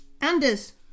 Anders